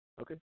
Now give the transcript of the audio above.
Okay